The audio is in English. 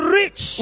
rich